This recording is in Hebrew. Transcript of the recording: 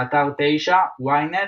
באתר ynet,